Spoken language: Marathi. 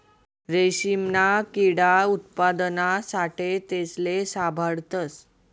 रेशीमना किडा उत्पादना साठे तेसले साभाळतस